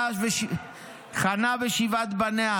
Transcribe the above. חנה ושבעת בניה,